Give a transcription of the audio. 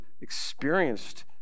experienced